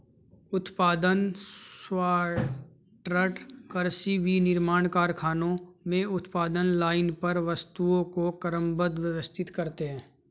उत्पादन सॉर्टर कृषि, विनिर्माण कारखानों में उत्पादन लाइन पर वस्तुओं को क्रमबद्ध, व्यवस्थित करते हैं